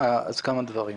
כמה דברים.